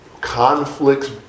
conflicts